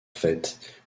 fait